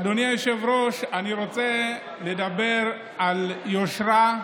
אדוני היושב-ראש, אני רוצה לדבר על יושרה,